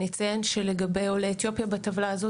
אני אציין שלגבי עולי אתיופיה בטבלה הזאת